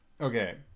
okay